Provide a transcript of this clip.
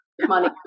money